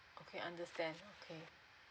okay understand okay